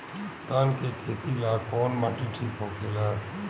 धान के खेती ला कौन माटी ठीक होखेला?